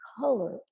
color